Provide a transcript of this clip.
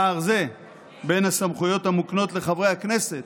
פער זה בין הסמכויות המוקנות לחברי הכנסת